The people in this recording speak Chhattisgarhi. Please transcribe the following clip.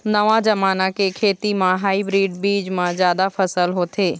नवा जमाना के खेती म हाइब्रिड बीज म जादा फसल होथे